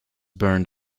burned